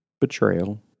Betrayal